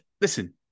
listen